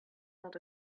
not